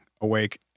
awake